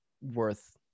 worth